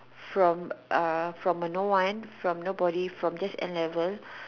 from uh from a no one from nobody from just N-level